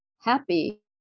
happy